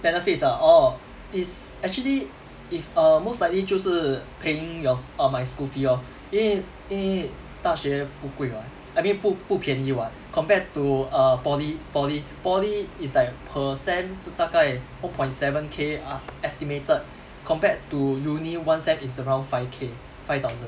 benefits ah oh it's actually if err most likely 就是 paying your oh my school fee lor 因为因为大学不贵 [what] I mean 不不便宜 [what] compared to err poly poly poly is like per sem 是大概 four point seven K ah estimated compared to uni one sem is around five K five thousand